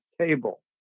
table